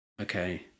okay